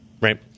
Right